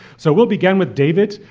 so we'll begin with david.